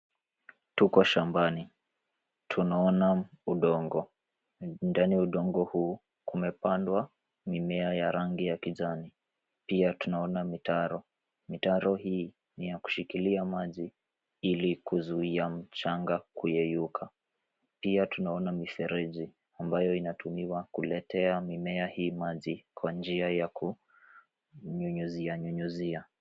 Tuko shambani, tunaona udongo. Ndani ya udongo huu, kumepandwa mimea ya rangi ya kijani. Pia tunaona mitaro, mitaro hii ni ya kushikilia maji ili kuzuia mchanga kuyeyuka. Pia tunaona mifereji, ambayo inatumiwa kuletea mimea hii maji kwa njia ya kunyunyizianyunyizia.